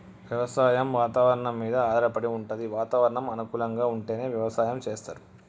వ్యవసాయం వాతవరణం మీద ఆధారపడి వుంటది వాతావరణం అనుకూలంగా ఉంటేనే వ్యవసాయం చేస్తరు